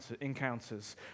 encounters